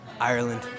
Ireland